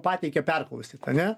pateikė perklausyt ane